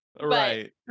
Right